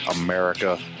America